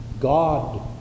God